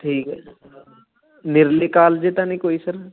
ਠੀਕ ਹੈ ਨਿਰਲੇ ਕਾਲਜੇ ਤਾਂ ਨਹੀਂ ਕੋਈ ਸਰ